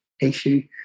issue